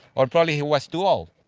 or probably he was too old.